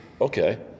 Okay